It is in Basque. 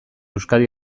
euskadi